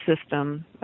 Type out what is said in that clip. system